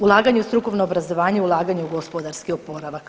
Ulaganje u strukovno obrazovanje je ulaganje u gospodarski oporavak.